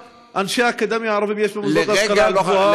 אנשי אקדמיה ערבים יש במוסדות להשכלה גבוהה?